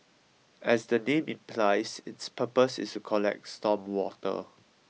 to collect storm water